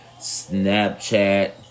Snapchat